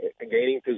gaining